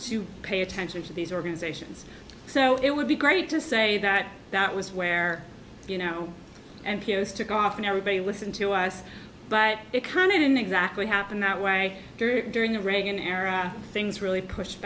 to pay attention to these organizations so it would be great to say that that was where you know n p r is took off and everybody listened to us but it can it in exactly happened that way during the reagan era things really pushed